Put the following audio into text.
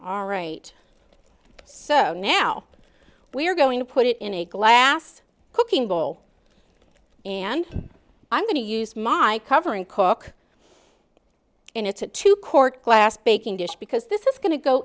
all right so now we're going to put it in a glass cooking bowl and i'm going to use my covering cook and it's a two cork glass baking dish because this is going to go